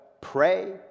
Pray